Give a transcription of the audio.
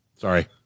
Sorry